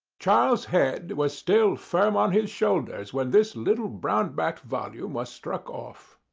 charles' head was still firm on his shoulders when this little brown-backed volume was struck off.